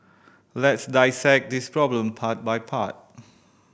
let's dissect this problem part by part